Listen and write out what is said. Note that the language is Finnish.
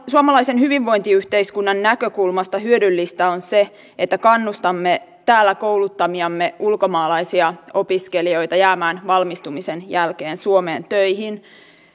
suomalaisen hyvinvointiyhteiskunnan näkökulmasta hyödyllistä on se että kannustamme täällä kouluttamiamme ulkomaalaisia opiskelijoita jäämään valmistumisen jälkeen suomeen töihin